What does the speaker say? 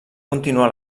continuar